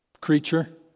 creature